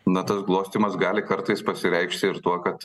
na tas glostymas gali kartais pasireikšti ir tuo kad